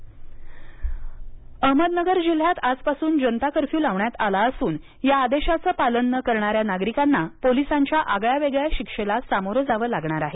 Ahmednagar curfew Ahmednagar जिल्ह्यात आजपासून जनता कर्फ्यू लावण्यात आला असून या आदेशाचे पालन न करणाऱ्या नागरिकांना पोलिसांच्या आगळ्यावेगळ्या शिक्षेला सामोरे जावे लागणार आहे